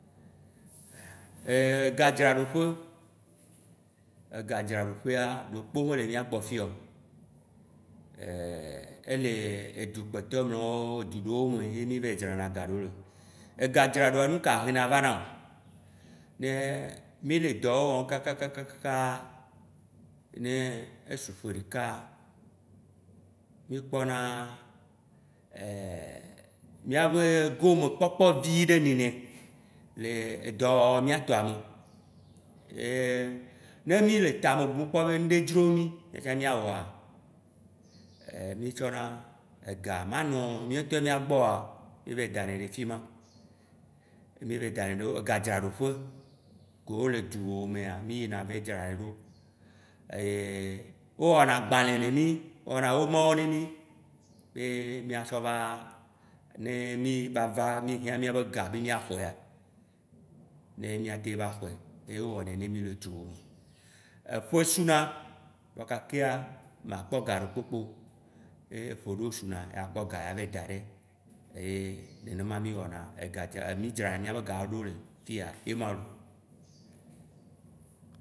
Egadzraɖoƒe, egadzraoƒea, ɖekpe me le miagbɔ fiyo. Ele edzu kpɔtɔe mlɔewo, edzu ɖewo me ye mì va yi dzrana ga ɖo le. Ega dzraɖoa, nuka ehena vanao? Ne mì le dɔwo wɔm kakakaka esu ƒe ɖeka, mì kpɔna miabe gome kpɔkpɔ viɖe nɔnɛ le edɔ wɔwɔ miatɔa me. Ne mì le tame bum kpɔ be nuɖe dzro mì miɔtsã miawɔa, mì tsɔna ega manɔ miawo ŋtɔ gbɔ o oa, mì va yi denɛ ɖe fima, mì va yi denɛ ɖe gadzraɖoƒe kewo le dzuwo mea, mì yina va yi dzranɛ ɖo, eye wo wɔna agbãlɛ ne mì, wɔna womawo ne mì be miatsɔ va, ne mì va va, mì hiã miabe ga be mìaxɔa, ne mìatem va xɔe, ye wo wɔnɛ ne mì le duwo me. Eƒe suna vɔ gakea, makpɔ ga ɖe kpekpe o, ye eƒe ɖewo suna ya kpɔ ga ya va yi da ɖɛ. Eye nenema mì wɔna egadzra mì-dzrana mìabe gawo ɖo le fiya ye ma loo